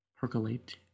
percolate